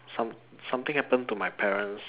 some something happen to my parents